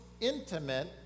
intimate